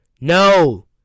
No